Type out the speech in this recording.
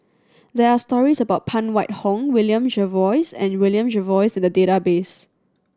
there are stories about Phan Wait Hong William Jervois and William Jervois in the database